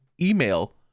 email